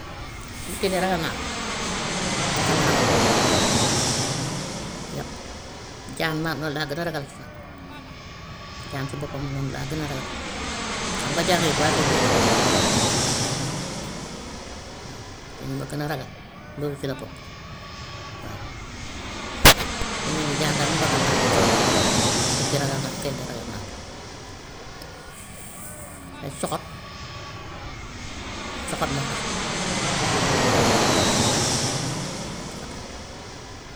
bukki de ragal naa ko li tax ma ragal ko lan la yàpp. Jaan maa moom laa gën a ragalati nag, jaan ci boppam moom laa gën a ragal. Xam nga jaan rëyut waaye soo ko gisee danga daw moo tax ma ragal ko waa te ñi ma gën a ragal loolu ci la bokk waa. Fi mu ne nii jaan tam ragal naa ko trop, bukki ragal naa ko, gaynde ragal naa ko. Dañ soxor soxor moo tax moo tax ma ragal ko waaye du dara, coqotaan.